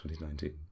2019